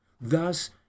Thus